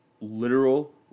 literal